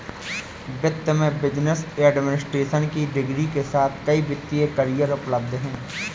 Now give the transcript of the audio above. वित्त में business administration की डिग्री के साथ कई वित्तीय करियर उपलब्ध हैं